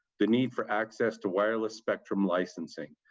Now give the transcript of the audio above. the need for access to wireless spectrum licensing,